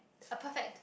a perfect